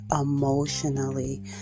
emotionally